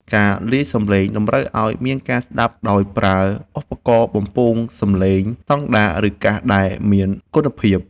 ការលាយសំឡេងតម្រូវឱ្យមានការស្ដាប់ដោយប្រើឧបករណ៍បំពងសំឡេងស្ដង់ដារ ឬ កាសដែលមានគុណភាព។